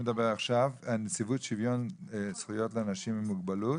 נציבות שוויון זכויות לאנשים עם מוגבלות